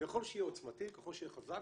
ככל שהוא יהיה עוצמתי, ככל שהוא יהיה חזק,